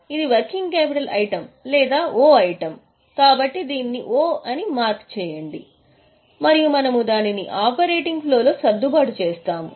ఇది working capital item లేదా 'O' item కాబట్టి దీన్ని 'O' అని గుర్తించండి మరియు మనము దానిని ఆపరేటింగ్ ఫ్లోలో సర్దుబాటు చేస్తాము